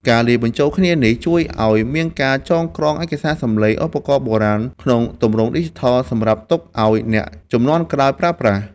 ការលាយបញ្ចូលគ្នានេះជួយឱ្យមានការចងក្រងឯកសារសំឡេងឧបករណ៍បុរាណក្នុងទម្រង់ឌីជីថល សម្រាប់ទុកឱ្យអ្នកជំនាន់ក្រោយប្រើប្រាស់។